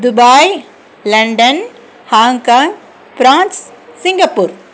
Dubai London Hong Kong France Singapore